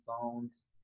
phones